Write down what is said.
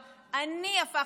אני הפכתי את זה לחובה.